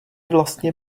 vlastně